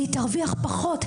היא תרוויח פחות.